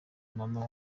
mama